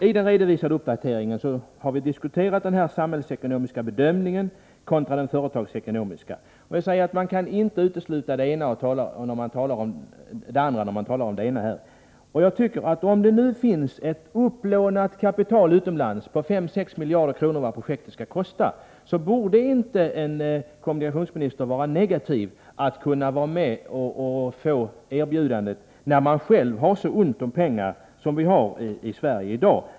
I den redovisade uppdateringen har vi diskuterat den samhällsekonomiska bedömningen kontra den företagsekonomiska. Man kan inte utesluta det ena när man talar om det andra. Om det nu finns ett utomlands upplånat kapital på 5-6 miljarder kronor — vad projektet skall kosta — borde inte en kommunikationsminister vara negativ till det erbjudandet, när man själv har så ont om pengar som vi har i Sverige i dag.